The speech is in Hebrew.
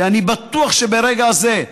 שאני בטוח שברגע זה,